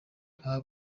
nta